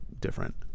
different